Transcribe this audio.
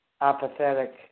Apathetic